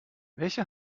welche